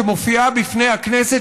שמופיעה בפני הכנסת,